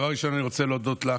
דבר ראשון אני רוצה להודות לך,